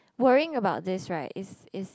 worrying about this right is is